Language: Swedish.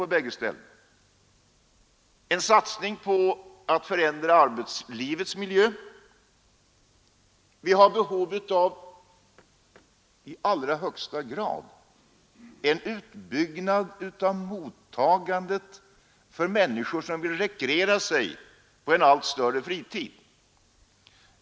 Vi behöver göra en satsning på att förändra arbetslivets miljö. Vi har i allra högsta grad behov av en utbyggnad av den mottagningsorganisation som de människor möter som vill rekreera sig under en allt större fritid.